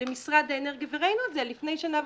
למשרד האנרגיה, וראינו את זה לפני שנה,